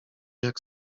jak